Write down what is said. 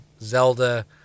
Zelda